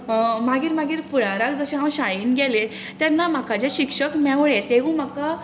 मागीर मागीर फुडाराक जशें हांव शाळेन गेलें तेन्ना म्हाका जे शिक्षक मेळ्ळे तेवूय म्हाका